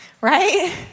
Right